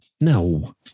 No